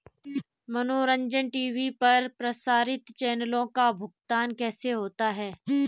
मनोरंजन टी.वी पर प्रसारित चैनलों का भुगतान कैसे होता है?